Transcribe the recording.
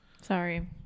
Sorry